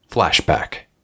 Flashback